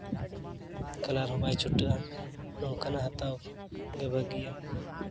colour ᱦᱚᱸ ᱵᱟᱭ ᱪᱷᱩᱴᱟᱹᱜᱼᱟ ᱱᱚᱝᱠᱟᱱᱟᱜ ᱦᱟᱛᱟᱣ ᱜᱮ ᱵᱷᱟᱹᱜᱤᱭᱟ